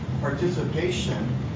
participation